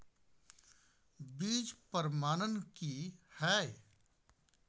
बीज प्रमाणन की हैय?